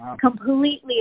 completely